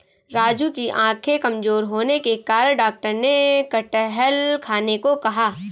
राजू की आंखें कमजोर होने के कारण डॉक्टर ने कटहल खाने को कहा